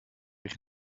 ich